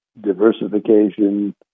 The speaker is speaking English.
diversification